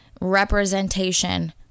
representation